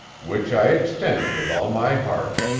which i extend with all my heart.